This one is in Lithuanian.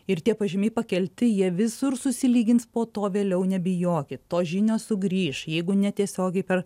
ir tie pažymiai pakelti jie visur susilygins po to vėliau nebijokit tos žinios sugrįš jeigu netiesiogiai per